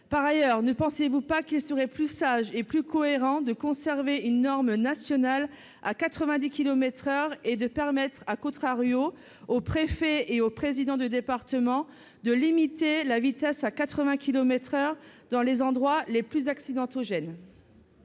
Par ailleurs, ne pensez-vous pas qu'il serait plus sage et plus cohérent de conserver une norme nationale à 90 kilomètres par heure et de permettre,, aux préfets et aux présidents de département de limiter la vitesse à 80 kilomètres par heure dans les endroits les plus accidentogènes ?